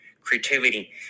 Creativity